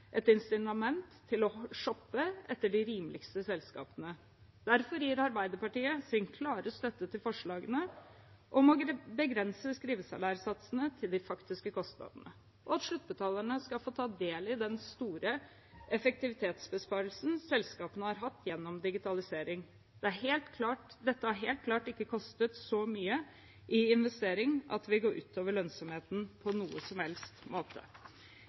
et insitament til å shoppe etter de rimeligste selskapene. Derfor gir Arbeiderpartiet sin klare støtte til forslagene om å begrense skrivesalærsatsene til de faktiske kostnadene, og at sluttbetalerne skal få ta del i den store effektivitetsbesparelsen selskapene har hatt gjennom digitalisering. Dette har helt klart ikke kostet så mye i investering at det vil gå ut over lønnsomheten på noen som helst måte.